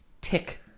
tick